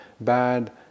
bad